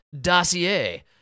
dossier